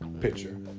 picture